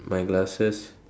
my glasses